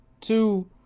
two